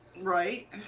right